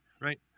right